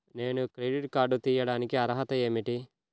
నేను credit card తీయడానికి అర్హత ఏమిటి?